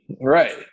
Right